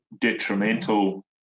detrimental